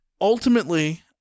ultimately